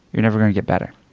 you're never going to get better.